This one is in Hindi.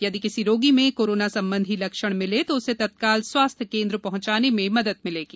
यदि किसी रोगी में कोरोना संबंधी लक्षण मिलें तो उसे तत्काल स्वास्थ्य केन्द्र पहुंचाने में मदद मिलेगी